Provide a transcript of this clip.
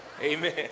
Amen